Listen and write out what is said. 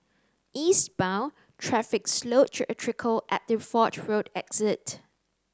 eastbound traffic slowed to a trickle at the Fort Road exit